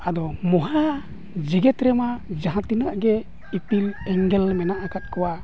ᱟᱫᱚ ᱢᱚᱦᱟ ᱡᱮᱜᱮᱫ ᱨᱮᱢᱟ ᱡᱟᱦᱟᱸ ᱛᱤᱱᱟᱹᱜᱼᱜᱮ ᱤᱯᱤᱞ ᱮᱸᱜᱮᱞ ᱢᱮᱱᱟᱜ ᱟᱠᱟᱫ ᱠᱚᱣᱟ